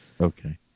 Okay